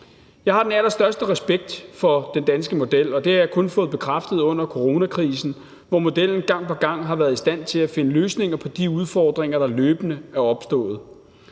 Jeg har den allerstørste respekt for den danske model, og det har jeg kun fået bekræftet under coronakrisen, hvor modellen gang på gang har været i stand til at finde løsninger på de udfordringer, der løbende er opstået.